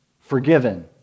forgiven